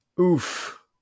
oof